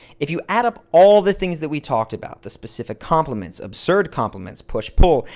if you add up all the things that we talked about the specific compliments, absurd compliments, push-pull,